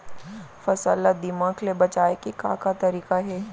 फसल ला दीमक ले बचाये के का का तरीका हे?